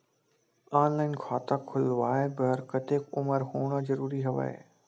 Online खाता खुलवाय बर कतेक उमर होना जरूरी हवय?